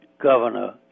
governor